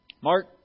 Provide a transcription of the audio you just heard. Mark